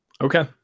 okay